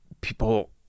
people